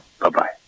Bye-bye